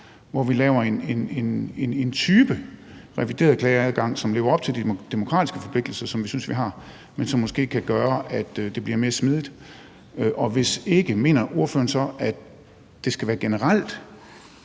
hvor vi laver en type revideret klageadgang, som lever op til de demokratiske forpligtelser, som vi synes vi har, men som måske kan gøre, at det bliver mere smidigt? Og hvis ikke, mener ordføreren så, at det skal være generelt,